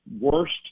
worst